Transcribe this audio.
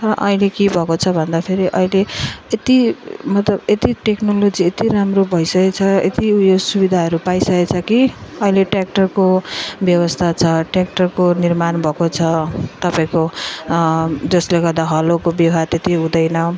र अहिले के भएको छ भन्दाफेरि अहिले यति मतलब यति टेक्नोलोजी यति राम्रो भइसकेको छ यति उयो सुविधाहरू पाइसकेको छ कि अहिले ट्य्राक्टरको व्यवस्था छ ट्य्राक्टरको निर्माण भएको छ तपाईँको जसले गर्दा हलोको व्यवहार त्यति हुँदैन